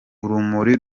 urumuri